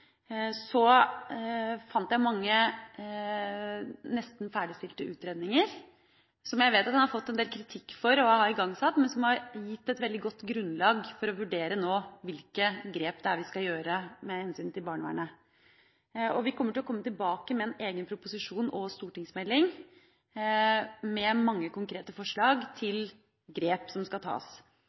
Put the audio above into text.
mange nesten ferdigstilte utredninger, som jeg vet at han har fått en del kritikk for å ha igangsatt, men som har gitt et veldig godt grunnlag for å vurdere hvilke grep vi skal ta med hensyn til barnevernet. Vi kommer til å komme tilbake med en egen proposisjon og stortingsmelding med mange konkrete forslag til grep som skal tas.